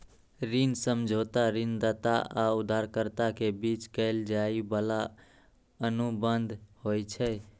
ऋण समझौता ऋणदाता आ उधारकर्ता के बीच कैल जाइ बला अनुबंध होइ छै